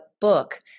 book